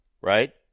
right